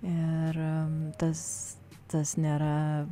ir tas tas nėra